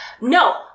no